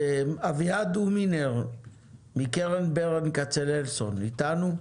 אביעד הומינר מקרן ברל כצנלסון אתנו?